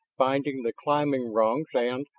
finding the climbing rungs and,